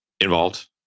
Involved